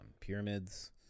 pyramids